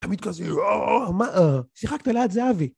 תמיד כזה אההה מה אהה שיחקת ליד זהבי